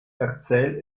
erzähl